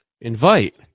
Invite